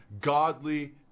godly